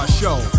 show